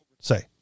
say